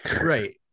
Right